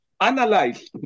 analyze